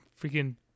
freaking